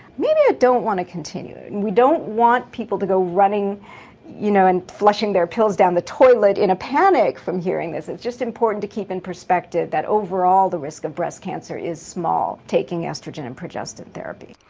maybe i don't want to continue. we don't want people to go running you know and flushing their pills down the toilet in a panic from hearing this, it's just important to keep in perspective that overall the risk of breast cancer is small taking oestrogen and progestin therapy.